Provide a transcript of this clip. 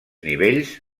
nivells